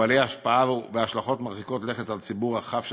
ובעלי השפעה והשלכות מרחיקות לכת על ציבור רחב של